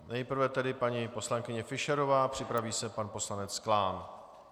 Nejprve tedy paní poslankyně Fischerová, připraví se pan poslanec Klán.